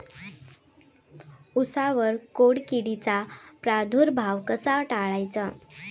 उसावर खोडकिडीचा प्रादुर्भाव कसा टाळायचा?